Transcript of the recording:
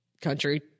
country